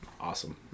awesome